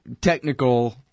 technical